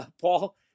Paul